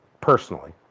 personally